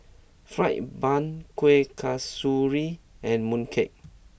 Fried Bun Kuih Kasturi and Mooncake